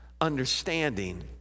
understanding